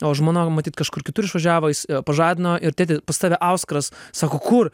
o žmona matyt kažkur kitur išvažiavo jis pažadino ir tėti pas tave auskaras sako kur